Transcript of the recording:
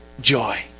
joy